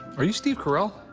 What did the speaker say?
are you steve carell?